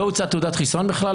בכלל לא הוצאה תעודת חיסיון?